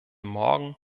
morgen